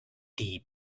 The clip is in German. die